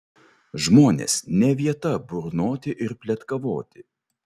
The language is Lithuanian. žmonės ne vieta burnoti ir pletkavoti